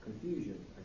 confusion